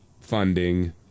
funding